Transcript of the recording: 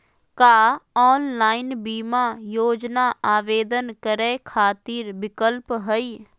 का ऑनलाइन बीमा योजना आवेदन करै खातिर विक्लप हई?